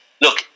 look